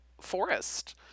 forest